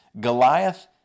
Goliath